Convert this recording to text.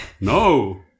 No